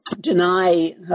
deny